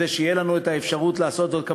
כדי שתהיה לנו האפשרות לעשות זאת.